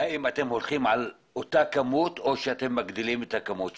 והאם אתם הולכים על אותה כמות של האזיק האלקטרוני או מגדילים אותה?